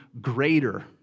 greater